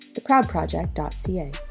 theproudproject.ca